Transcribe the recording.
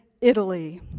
Italy